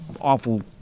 awful